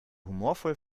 humorvoll